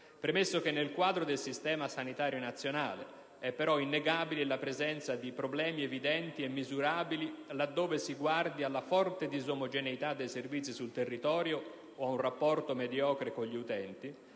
economico; nel quadro del sistema sanitario nazionale, è però innegabile la presenza di problemi evidenti e misurabili laddove si guardi alla forte disomogeneità dei servizi sul territorio, o a un rapporto mediocre con gli utenti,